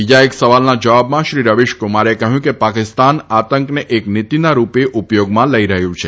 બીજા એક સવાલના જવાબમાં શ્રી રવિશકુમારે કહ્યું કે પાકિસ્તાન આતંકને એક નીતિના રૂપે ઉપયોગમાં લઇ રહ્યું છે